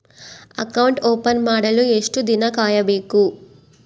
Account open ಮಾಡಲು ಎಷ್ಟು ದಿನ ಕಾಯಬೇಕು?